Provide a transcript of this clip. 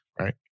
Right